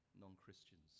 non-Christians